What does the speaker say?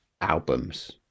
albums